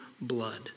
blood